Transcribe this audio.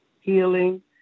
healing